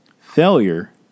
Failure